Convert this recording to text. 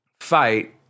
fight